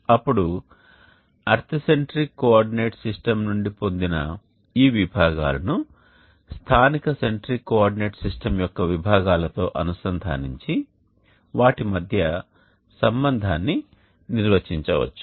అప్పుడు earth centric coordinate system నుండి పొందిన ఈ విభాగాలను స్థానిక సెంట్రిక్ కోఆర్డినేట్ సిస్టమ్ యొక్క విభాగాలతో అనుసంధానించి వాటి మధ్య సంబంధాన్ని నిర్వచించవచ్చు